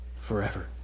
forever